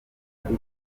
ariko